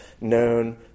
known